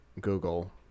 Google